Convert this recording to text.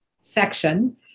section